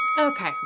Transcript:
Okay